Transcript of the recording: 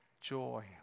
joy